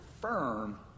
firm